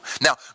Now